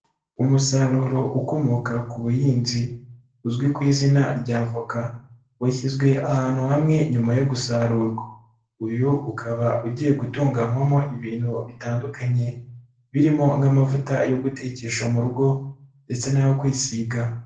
Umusaruro ukomoka ku buhinzi, uzwi ku izina ryavoka, washyizwe ahantu hamwe nyuma yo gusarurwa. Uyu ukaba ugiye gutunganywamo ibintu bitandukanye, birimo nk'amavuta yo gutekesha mu rugo ndetse n'ayo kwisiga.